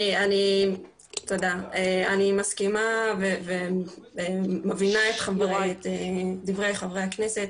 אני מסכימה ומבינה את דברי חברי הכנסת,